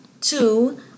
two